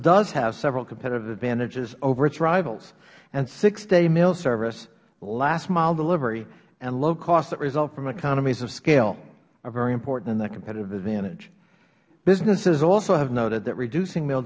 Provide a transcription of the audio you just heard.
does have several competitive advantages over its rivals and six day mail service last mile delivery and low costs that result from economies of scale are very important in that competitive advantage businesses also have noted that reducing mail